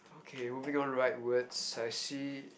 okay moving on rightwards I see